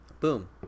Boom